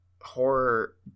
horror